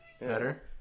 Better